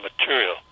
material